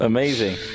Amazing